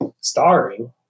Starring